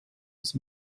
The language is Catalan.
els